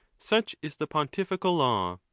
such is the pontifical law.